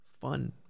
fun